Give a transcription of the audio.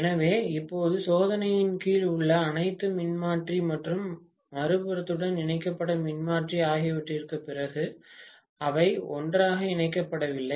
எனவே இப்போது சோதனையின் கீழ் உள்ள அனைத்து மின்மாற்றி மற்றும் மறுபுறத்துடன் இணைக்கப்பட்ட மின்மாற்றி ஆகியவற்றிற்குப் பிறகு அவை ஒன்றாக இணைக்கப்படவில்லை